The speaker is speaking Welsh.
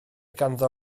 ganddo